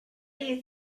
you